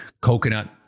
coconut